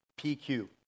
PQ